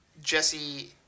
Jesse